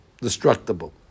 destructible